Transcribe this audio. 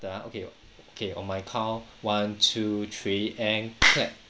the ah okay w~ okay on my count one two three and clap